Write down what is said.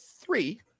three